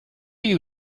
you